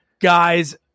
guys